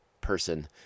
person